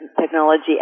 technology